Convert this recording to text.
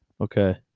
Okay